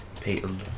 Peyton